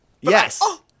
yes